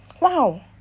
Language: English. Wow